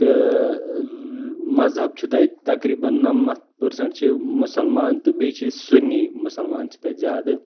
تہٕ مذہَب چھُ تَتہِ تقریٖباً نَمَتھ پرسنٹ چھ مُسلمان تہٕ بیٚیہِ چھ سُنی مسلمان چھ تتہِ زیادٕ